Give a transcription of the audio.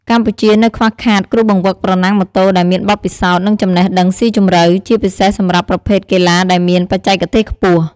កម្ពុជានៅខ្វះខាតគ្រូបង្វឹកប្រណាំងម៉ូតូដែលមានបទពិសោធន៍ និងចំណេះដឹងស៊ីជម្រៅ ជាពិសេសសម្រាប់ប្រភេទកីឡាដែលមានបច្ចេកទេសខ្ពស់។